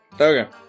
Okay